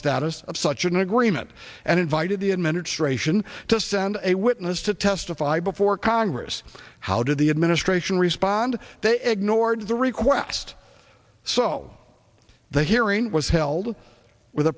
status of such an agreement and invited the administration to send a witness to testify before congress how did the administration respond they ignored the request so the hearing was held with a